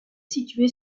située